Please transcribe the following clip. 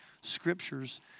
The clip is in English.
scriptures